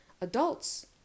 adults